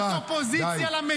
חבר הכנסת גלעד קריב, קריאה שנייה.